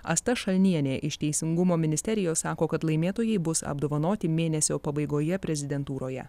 asta šalnienė iš teisingumo ministerijos sako kad laimėtojai bus apdovanoti mėnesio pabaigoje prezidentūroje